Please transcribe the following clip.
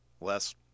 less